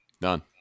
none